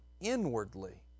inwardly